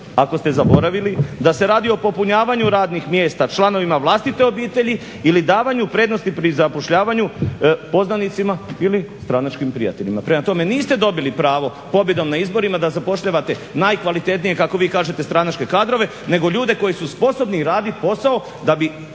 ako ste zaboravili, da se radi o popunjavanju radnih mjesta članovima vlastite obitelji ili davanju prednosti pri zapošljavanju poznanicima ili stranačkim prijateljima. Prema tome, niste dobili pravo pobjedom na izborima da zapošljavate najkvalitetnije kako vi kažete stranačke kadrove nego ljude koji su sposobni radit posao da bi